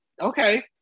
okay